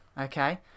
okay